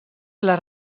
les